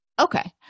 Okay